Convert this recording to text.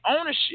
ownership